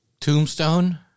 tombstone